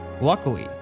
Luckily